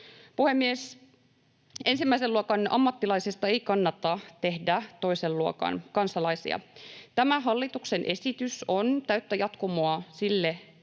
Ensimmäisen luokan ammattilaisista ei kannata tehdä toisen luokan kansalaisia. Tämä hallituksen esitys on täyttä jatkumoa sille